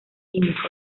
químicos